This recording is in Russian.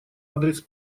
адрес